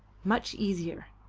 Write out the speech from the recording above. much easier.